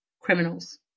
criminals